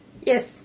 Yes